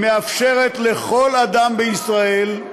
היא מאפשרת לכל אדם בישראל,